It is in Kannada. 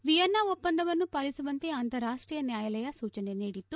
ವಿಯೆನ್ನಾ ಒಪ್ಪಂದವನ್ನು ಪಾಲಿಸುವಂತೆ ಅಂತಾರಾಷ್ಪೀಯ ನ್ವಾಯಾಲಯ ಸೂಚನೆ ನೀಡಿತ್ತು